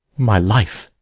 my life.